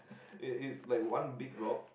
it is like one big rock